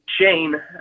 Shane